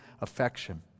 affection